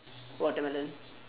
watermelon